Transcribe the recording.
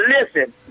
listen